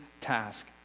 task